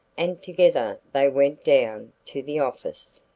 and together they went down to the office.